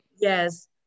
Yes